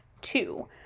Two